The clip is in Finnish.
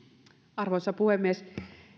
arvoisa puhemies